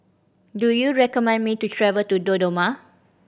do you recommend me to travel to Dodoma